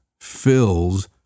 fills